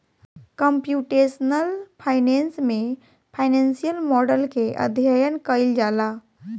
computational finance में financial model के अध्ययन कईल जाला